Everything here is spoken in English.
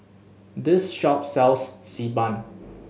this shop sells Xi Ban